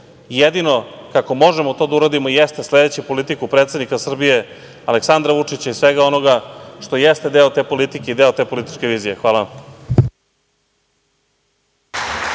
Jedino kako možemo to da uredimo jeste sledeći politiku predsednika Srbije Aleksandra Vučića i svega onoga što jeste deo te politike i deo te političke vizije. Hvala vam.